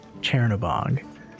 Chernobog